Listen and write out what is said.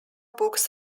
books